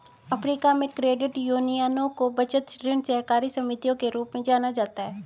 Africa में, credit यूनियनों को बचत, ऋण सहकारी समितियों के रूप में जाना जाता है